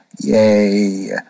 Yay